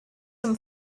from